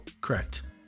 Correct